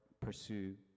pursue